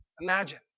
Imagine